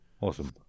Awesome